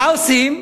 מה עושים?